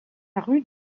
rue